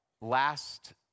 Last